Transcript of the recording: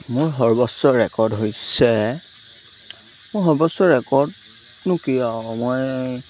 মোৰ সৰ্বোচ্চ ৰেকৰ্ড হৈছে মোৰ সৰ্বোচ্চ ৰেকৰ্ডনো কি আৰু মই